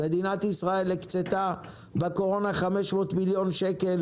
מדינת ישראל הקצתה בקורונה 500 מיליון שקל